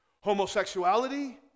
Homosexuality